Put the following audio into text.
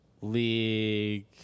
league